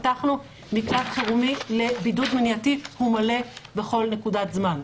פתחנו מקלט חירומי לבידוד מניעתי והוא מלא בכל נקודת זמן.